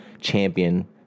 champion